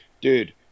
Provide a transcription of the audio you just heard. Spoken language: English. dude